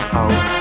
out